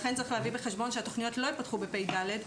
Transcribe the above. לכן צריך להביא בחשבון שהתכניות לא ייפתחו בשנת תשפ"ד.